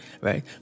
right